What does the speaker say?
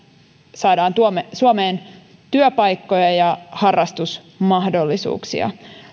saadaan suomeen työpaikkoja ja harrastusmahdollisuuksia